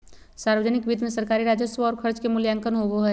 सावर्जनिक वित्त मे सरकारी राजस्व और खर्च के मूल्यांकन होवो हय